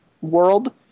world